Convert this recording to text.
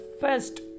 first